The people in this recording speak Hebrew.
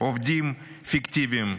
עובדים פיקטיביים,